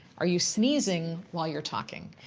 are you sneezing while you're talking?